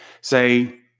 Say